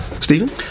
Stephen